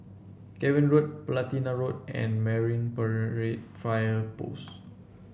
Cavan Road Platina Road and Marine Parade Fire Post